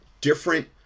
different